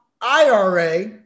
IRA